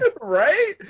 Right